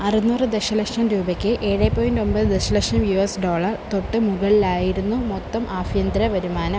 അറുന്നൂറ് ദശലക്ഷം രൂപയ്ക്ക് ഏഴ് പോയൻ്റ് ഒമ്പത് ദശലക്ഷം യു എസ് ഡോളർ തൊട്ട് മുകളിലായിരുന്നു മൊത്തം ആഭ്യന്തര വരുമാനം